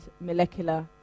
molecular